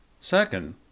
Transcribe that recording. Second